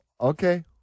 Okay